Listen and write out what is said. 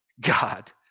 God